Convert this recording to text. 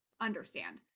understand